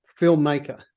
filmmaker